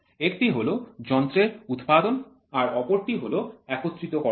একটি হল যন্ত্রাংশের উৎপাদন আর অপরটি হল একত্রীতকরণ